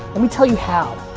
let me tell you how.